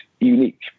unique